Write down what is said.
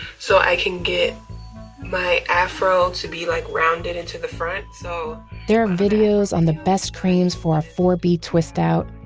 so i can get my afro to be like rounded into the front. so there are videos on the best creams for a four b twist out,